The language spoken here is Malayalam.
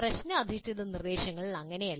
പ്രശ്ന അധിഷ്ഠിത നിർദ്ദേശങ്ങളിൽ അങ്ങനെയല്ല